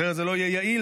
אחרת זה לא יהיה יעיל,